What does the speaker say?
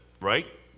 right